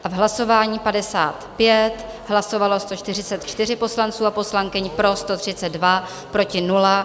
A v hlasování 55 hlasovalo 144 poslanců a poslankyň, pro 132, proti nula.